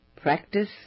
Practice